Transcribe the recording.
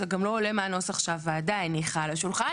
זה גם לא עולה מהנוסח שהוועדה הניחה על השולחן,